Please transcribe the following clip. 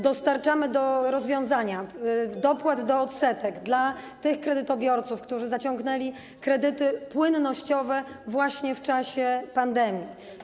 Dostarczamy rozwiązania dotyczące dopłat do odsetek dla tych kredytobiorców, którzy zaciągnęli kredyty płynnościowe właśnie w czasie pandemii.